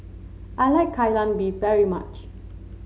I like Kai Lan Beef very much